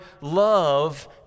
love